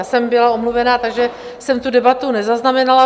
Já jsem byla omluvena, takže jsem tu debatu nezaznamenala.